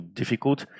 difficult